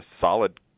solid